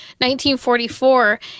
1944